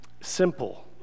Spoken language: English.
simple